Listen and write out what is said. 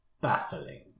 baffling